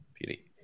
beauty